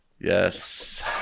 yes